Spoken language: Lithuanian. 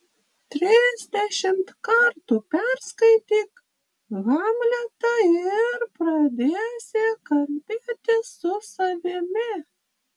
trisdešimt kartų perskaityk hamletą ir pradėsi kalbėtis su savimi